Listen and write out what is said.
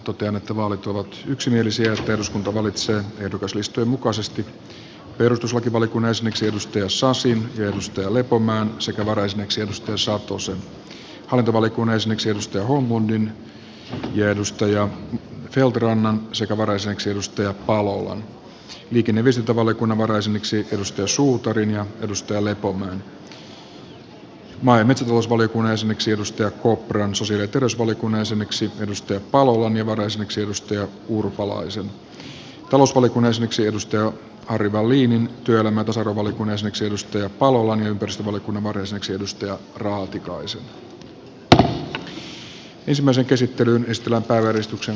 totean että vaalit ovat yksimielisiä ja että eduskunta valitsee ehdokaslistojen mukaisesti perustuslakivaliokunnan jäseniksi kimmo sasin ja elina lepomäen sekä varajäseneksi arto satosen hallintovaliokunnan jäseniksi anne holmlundin ja maarit feldt rannan sekä varajäseneksi mikael palolan liikenne ja viestintävaliokunnan varajäseniksi eero suutarin ja elina lepomäen maa ja metsätalousvaliokunnan jäseneksi jukka kopran sosiaali ja terveysvaliokunnan jäseneksi mikael palolan ja varajäseneksi anu urpalaisen talousvaliokunnan jäseneksi harry wallinin työelämä ja tasa arvovaliokunnan jäseneksi mikael palolan ja ympäristövaliokunnan varajäseneksi mika raatikaisen